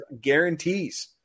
guarantees